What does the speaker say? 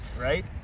right